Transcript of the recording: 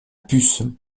puce